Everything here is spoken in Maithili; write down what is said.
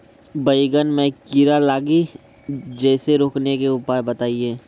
बैंगन मे कीड़ा लागि जैसे रोकने के उपाय बताइए?